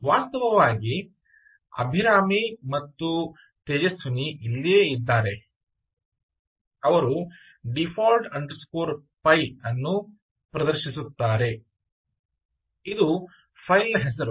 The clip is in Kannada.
Refer Slide time 3635 ವಾಸ್ತವವಾಗಿ ಅಭಿರಾಮಿ ಮತ್ತು ತೇಜಸ್ವಿನಿ ಇಲ್ಲಿಯೇ ಇದ್ದಾರೆ ಅವರು default underscore default py py ಅನ್ನು ಪ್ರದರ್ಶಿಸುತ್ತಾರೆ ಇದು ಫೈಲ್ನ ಹೆಸರು